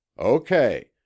okay